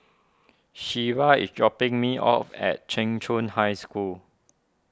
Shelba is dropping me off at Cheng Chung High School